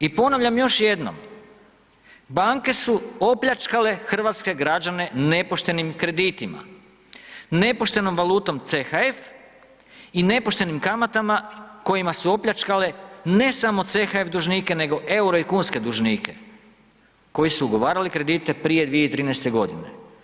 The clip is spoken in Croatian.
I ponavljam još jednom, banke su opljačkale hrvatske građane nepoštenim kreditima, nepoštenom valutom CHF i nepoštenim kamatama kojima su opljačkale ne samo CHF dužnike nego euro i kunske dužnike koji su ugovarali kredite prije 2013. godine.